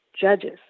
judges